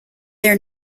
their